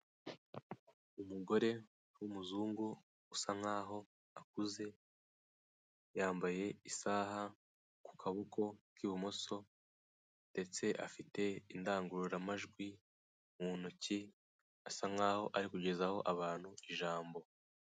Umugore w'umuzungu usa nkaho akuze yambaye isaha ku kaboko k'ibumoso ndetse afite indangururamajwi mu ntoki, asa nkaho arikugezaho abantu ijambo.